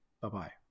Bye-bye